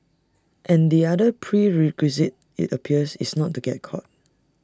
and the other prerequisite IT appears is not to get caught